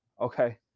Okay